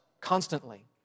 constantly